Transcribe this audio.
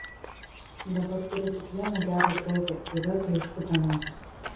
dabar turiu tik vieną gerą draugę ivetą iš utenos